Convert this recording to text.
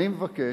אני מבקש,